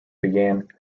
began